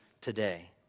today